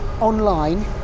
online